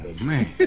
man